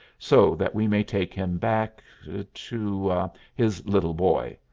so that we may take him back to his little boy.